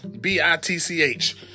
B-I-T-C-H